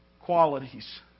qualities